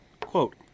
quote